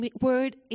word